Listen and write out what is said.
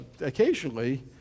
occasionally